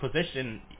position